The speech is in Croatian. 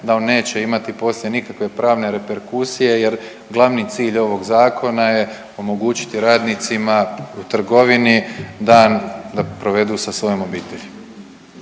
da on neće imati poslije nikakve pravne reperkusije jer glavni cilj ovog zakona je omogućiti radnicima u trgovini da provedu sa svojom obitelji.